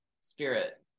spirit